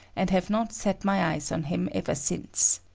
and have not set my eyes on him ever since.